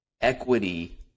equity